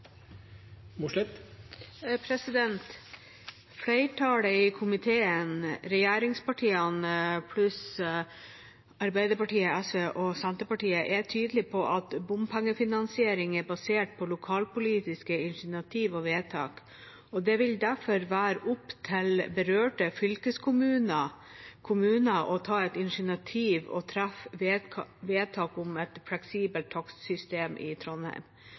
tydelig på at bompengefinansiering er basert på lokalpolitiske initiativ og vedtak. Det vil derfor være opp til berørte fylkeskommuner og kommuner å ta et initiativ og treffe vedtak om et fleksibelt takstsystem i Trondheim.